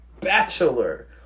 bachelor